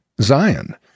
Zion